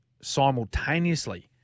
simultaneously